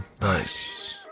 Nice